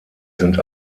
sind